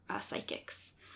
psychics